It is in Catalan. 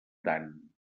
tant